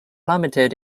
plummeted